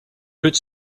could